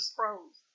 pros